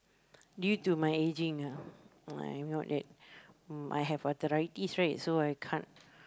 due to my aging ah I'm not that uh I have arthritis right so I can't